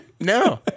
No